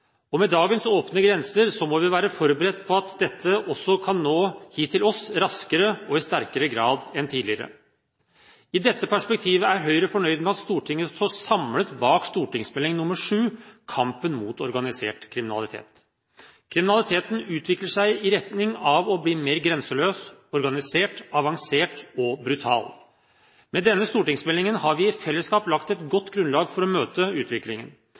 Med dagens åpne grenser må vi være forberedt på at dette også kan nå hit til oss raskere og i sterkere grad enn tidligere. I dette perspektivet er Høyre fornøyd med at Stortinget står samlet bak Meld.St. 7 for 2010–2011, Kampen mot organisert kriminalitet. Kriminaliteten utvikler seg i retning av å bli mer grenseløs, organisert, avansert og brutal. Med denne stortingsmeldingen har vi i fellesskap lagt et godt grunnlag for å møte utviklingen.